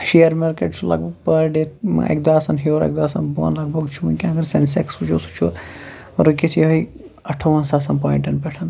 share market چھُ لَگ بَگ پٔر ڈےٚ اَکہِ دۄہ آسان ہیوٚر اَکہِ دۄہ آسان بۅن لَگ بَگ چھِ وُنکٮ۪نس اگر سینسیکٕس وُچھَو سُہ چھُ رُکِتھ یِہَے اَٹھووُہَن ساسَن پۄاینٹَن پٮ۪ٹھ